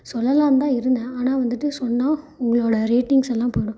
சொல்லலாம்ன்னு தான் இருந்தேன் ஆனால் வந்துவிட்டு சொன்னால் உங்களோடய ரேட்டிங்ஸ் எல்லாம் போய்டும்